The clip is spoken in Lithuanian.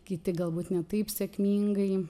kiti galbūt ne taip sėkmingai